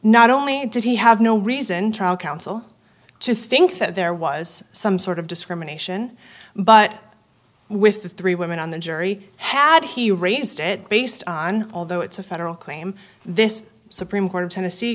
not only did he have no reason trial counsel to think that there was some sort of discrimination but with the three women on the jury had he raised it based on although it's a federal claim this supreme court of tennessee